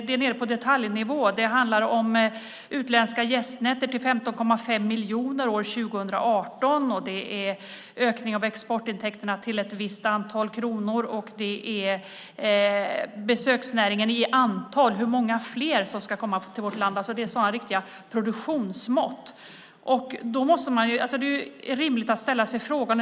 Det är nere på detaljnivå; det handlar om utländska gästnätter till 15,5 miljoner 2018, det är ökning av exportintäkterna till ett visst antal kronor och det är hur många fler som ska komma till vårt land, alltså besöksnäringen i antal. Det är riktiga produktionsmått.